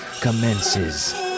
commences